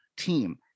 team